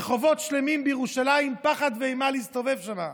רחובות שלמים בירושלים, פחד ואימה להסתובב שם.